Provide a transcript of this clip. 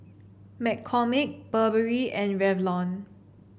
McCormick Burberry and Revlon